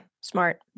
smart